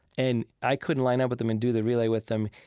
and i couldn't line up with them and do the relay with them,